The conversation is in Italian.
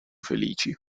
felici